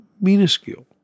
minuscule